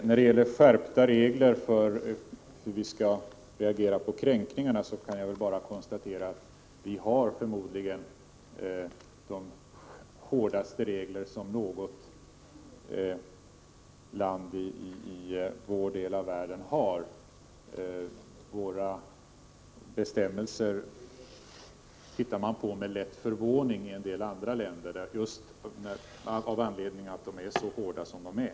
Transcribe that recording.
I frågan om en skärpning av reglerna för hur vi skall reagera på kränkningarna kan jag bara konstatera att vi förmodligen har de hårdaste av de regler som länderna i vår del av världen tillämpar. I en del andra länder ser man med lätt förvåning på våra bestämmelser, av det skälet att dessa är så hårda som de är.